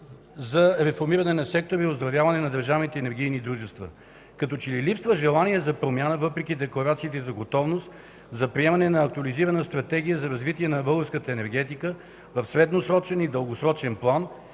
за реформиране на сектора и оздравяване на държавните енергийни дружества. Като че ли липсва желание за промяна, въпреки декларациите за готовност за приемане на актуализирана стратегия за развитие на българската енергетика в средносрочен и дългосрочен план